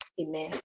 Amen